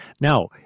Now